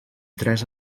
tres